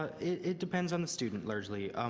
it it depends on the student, largely.